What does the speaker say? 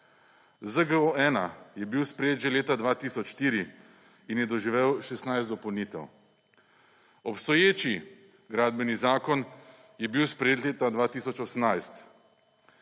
ZGO-1 je bil sprejet že leta 2004 in je doživel 16 dopolnitev. Obstoječi gradbeni zakon je bil sprejet leta 2018.